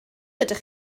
ydych